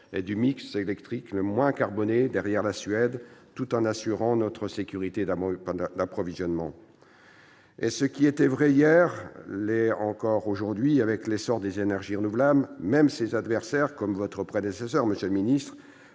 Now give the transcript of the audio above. et du mix électrique le moins carboné derrière la Suède, tout en assurant notre sécurité d'approvisionnement. Ce qui était vrai hier l'est encore aujourd'hui avec l'essor des énergies renouvelables. Même ses adversaires, comme votre prédécesseur, monsieur le ministre